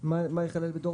מה נסגר?